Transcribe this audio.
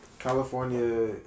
California